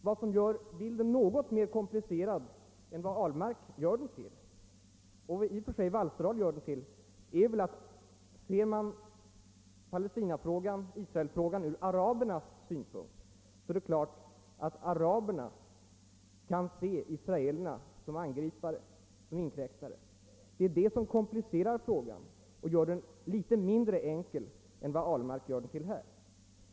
Vad som gör hela bilden något mer komplicerad än herr Ahlmark — och i och för sig också Alvar Alsterdal — framställer den är att araberna givetvis kan betrakta israelerna som angripare, som inkräktare. Om man ser hela Israelfrågan ur arabernas synpunkt blir den litet mindre enkel än vad herr Ahlmark här gör den till.